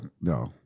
no